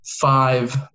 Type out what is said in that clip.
five